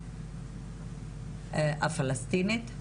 הפלשתינאית,